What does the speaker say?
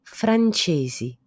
francesi